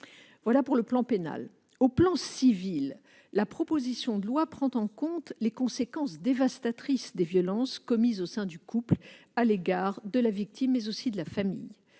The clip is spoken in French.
mineurs à l'étranger. Sur le plan civil, la proposition de loi prend en compte les conséquences dévastatrices des violences commises au sein du couple à l'égard de la victime, mais aussi de la famille.